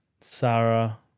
Sarah